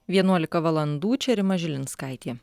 vienuolika valandų čia rima žilinskaitė